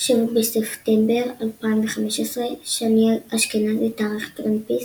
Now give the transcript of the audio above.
7 בספטמבר 2015 שני אשכנזי, תחקיר גרינפיס